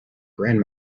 grand